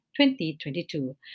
2022